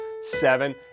seven